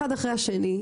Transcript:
אחד אחרי השני,